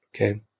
Okay